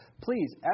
Please